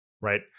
right